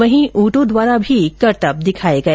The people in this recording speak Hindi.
वहीं ऊंटों द्वारा भी करतब दिखाए गए